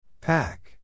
Pack